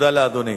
תודה לאדוני.